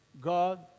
God